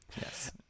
Yes